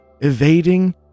evading